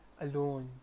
alone